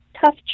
tough